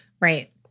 Right